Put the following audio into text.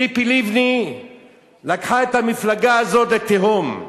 ציפי לבני לקחה את המפלגה הזאת לתהום.